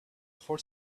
for